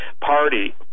Party